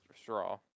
Straw